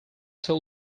told